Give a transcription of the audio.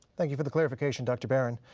thank you for the clarification, dr. barron.